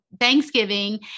Thanksgiving